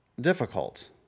difficult